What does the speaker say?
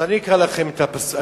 אז אני אקרא לכם את הפסוקים.